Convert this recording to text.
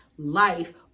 Life